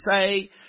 say